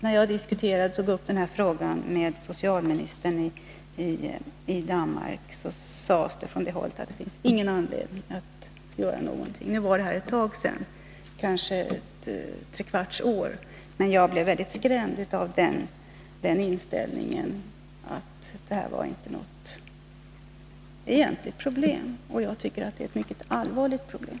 När jag senast tog upp den här frågan med socialministern i Danmark, sades det från det hållet att det inte finns någon anledning att göra någonting. Nu var detta ett tag sedan, kanske för tre kvarts år sedan. Men jag blev mycket skrämd av den inställningen — att det här inte var något egentligt problem. Jag tycker att det är ett mycket allvarligt problem.